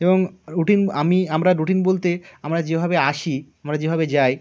এবং রুটিন আমি আমরা রুটিন বলতে আমরা যেভাবে আসি আমরা যেভাবে যাই